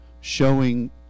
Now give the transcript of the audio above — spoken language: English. showing